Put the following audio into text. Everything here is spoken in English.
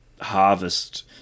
harvest